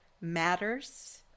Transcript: matters